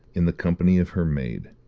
in the company of her maid.